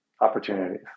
opportunities